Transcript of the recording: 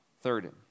Third